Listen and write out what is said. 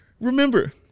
Remember